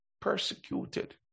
persecuted